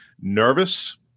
nervous